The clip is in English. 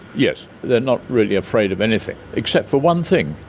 yes, they're not really afraid of anything, except for one thing,